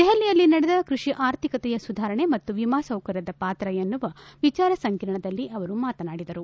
ದೆಹಲಿಯಲ್ಲಿ ನಡೆದ ಕೃಷಿ ಆರ್ಥಿಕತೆಯ ಸುಧಾರಣೆ ಮತ್ತು ವಿಮಾ ಸೌಕರ್ಯದ ಪಾತ್ರ ಎನ್ನುವ ವಿಚಾರ ಸಂಕಿರಣದಲ್ಲಿ ಅವರು ಮಾತನಾಡಿದರು